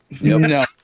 No